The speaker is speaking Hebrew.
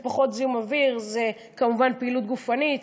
זה פחות זיהום אוויר, זו כמובן פעילות גופנית,